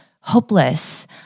hopeless